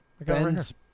Ben's